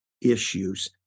issues